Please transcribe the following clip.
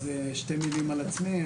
שתי מלים על עצמי,